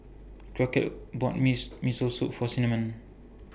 Crockett bought Miss Miso Soup For Cinnamon